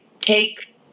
take